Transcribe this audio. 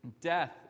Death